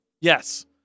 Yes